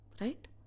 Right